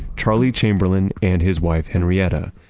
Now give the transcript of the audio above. charlie chamberlain and his wife henrietta.